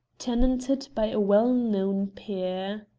tenanted by a well-known peer.